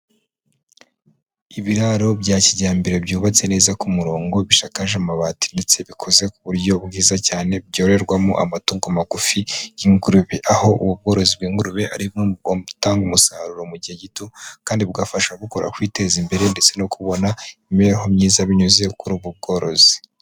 Ibiraro bya kijyambere byubatse neza ku murongo bishakaje amabati ndetse bikoze ku buryo bwiza cyane, byororerwamo amatungo magufi ingurube, aho ubu ubworozi bw'ingurube ari bumwe mu bigomba gutanga umusaruro mu gihe gito kandi bugafasha gukora, kwiteza imbere ndetse no kubona imibereho myiza binyuze kuri ubu bworozi.